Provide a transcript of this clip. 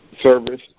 service